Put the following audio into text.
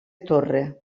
torre